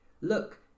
look